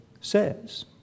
says